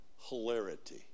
hilarity